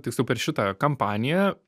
tiksliau per šitą kampaniją